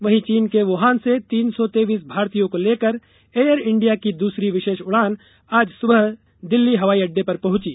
वहीं चीन के वुहान से तीन सौ तेईस भारतीयों को लेकर एयर इंडिया की दूसरी विशेष उड़ान आज सुबह दिल्ली हवाई अड्डे पर पहुंची